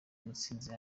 mutsinzi